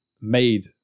made